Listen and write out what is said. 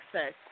access